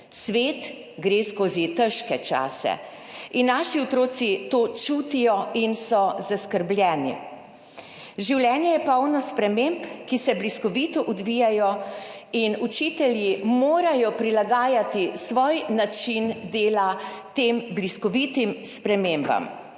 Svet gre skozi težke čase in naši otroci to čutijo in so zaskrbljeni. Življenje je polno sprememb, ki se bliskovito odvijajo, in učitelji morajo prilagajati svoj način dela tem bliskovitim spremembam.